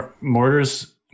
Mortars